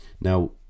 Now